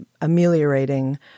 ameliorating